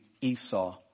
Esau